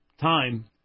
time